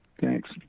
Thanks